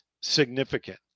significant